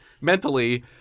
mentally